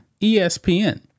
ESPN